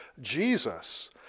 Jesus